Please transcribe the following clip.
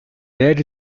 that